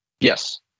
Yes